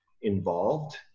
involved